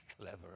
clever